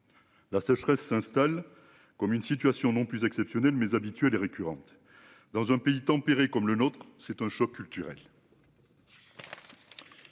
La sécheresse s'installe comme une situation non plus exceptionnelle mais habituelles et récurrentes dans un pays tempéré comme le nôtre c'est un choc culturel.